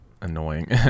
annoying